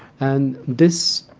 and this